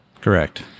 correct